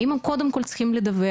האם הם קודם כל צריכים לדווח?